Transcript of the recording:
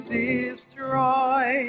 destroy